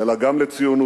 אלא גם לציונות.